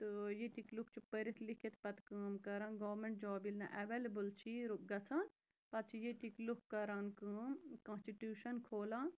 تہٕ ییٚتِکۍ لُکھ چھِ پٔرِتھ لیٚکھِتھ پَتہٕ کٲم کَران گورمٮ۪نٛٹ جاب ییٚلہِ نہٕ اٮ۪وٮ۪لیبٕل چھِی گژھان پَتہٕ چھِ ییٚتِکۍ لُکھ کَران کٲم کانٛہہ چھُ ٹیوٗشَن کھولان